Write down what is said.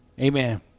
amen